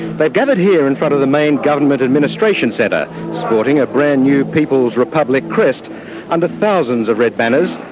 they've gathered here in front of the main government administration centre, supporting a brand-new people's republic crest under thousands of red banners,